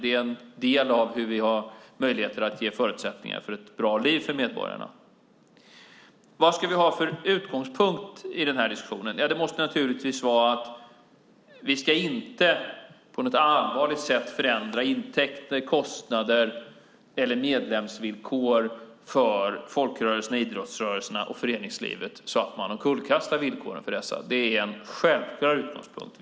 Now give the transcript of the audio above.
Det är en del av möjligheten att ge förutsättningar för ett bra liv för medborgarna. Vad ska vi ha för utgångspunkt i den här diskussionen? Det måste naturligtvis vara att vi inte på något allvarligt sätt ska förändra intäkter, kostnader eller medlemsvillkor för folkrörelserna, idrottsrörelserna och föreningslivet så att man omkullkastar villkoren för dessa. Det är en självklar utgångspunkt.